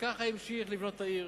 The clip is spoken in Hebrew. וככה המשיך לבנות את העיר